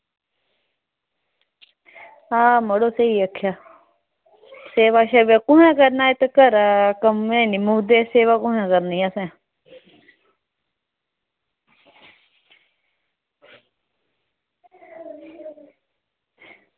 आं मड़ो स्हेई आक्खेआ सेवा कुत्थां करना इत्त घरा कम्म निं मुक्कदे सेवा कुत्थां करनी असें